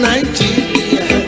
Nigeria